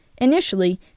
Initially